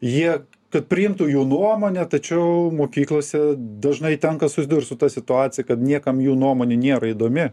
jie kad priimtų jų nuomonę tačiau mokyklose dažnai tenka susidurt su ta situacija kad niekam jų nuomonė nėra įdomi